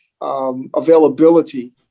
availability